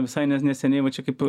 visai nes neseniai va čia kaip